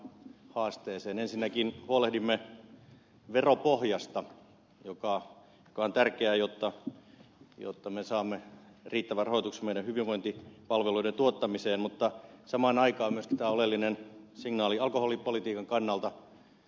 ensinnäkin huolehdimme veropohjasta mikä on tärkeää jotta me saamme riittävän rahoituksen meidän hyvinvointipalveluidemme tuottamiseen mutta samaan aikaan on myöskin tämä oleellinen signaali alkoholipolitiikan kannalta